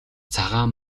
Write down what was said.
цагаан